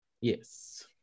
Yes